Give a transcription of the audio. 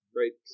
right